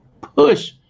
push